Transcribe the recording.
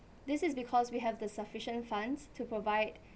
this is because we have the sufficient funds to provide